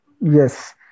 Yes